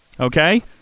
Okay